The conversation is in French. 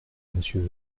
monsieur